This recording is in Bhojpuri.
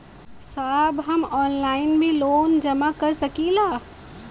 साहब हम ऑनलाइन भी लोन जमा कर सकीला?